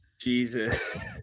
Jesus